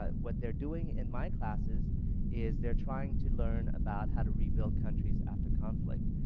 ah what they're doing in my classes is they're trying to learn about how to rebuild countries after conflict,